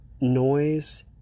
noise